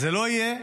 זה לא יהיה,